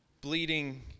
bleeding